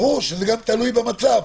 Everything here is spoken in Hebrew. ברור שזה גם תלוי במצב.